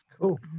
Cool